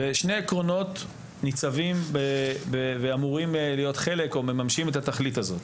שני עקרונות ניצבים ואמורים להיות חלק או מממשים את התכלית הזאת.